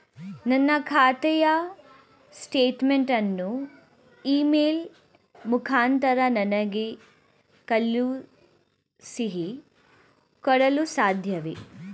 ನನ್ನ ಖಾತೆಯ ಸ್ಟೇಟ್ಮೆಂಟ್ ಅನ್ನು ಇ ಮೇಲ್ ಮುಖಾಂತರ ನನಗೆ ಕಳುಹಿಸಿ ಕೊಡಲು ಸಾಧ್ಯವೇ?